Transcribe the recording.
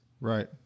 Right